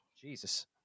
Jesus